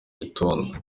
gitondo